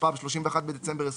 התשפ"ב (31 בדצמבר 2021)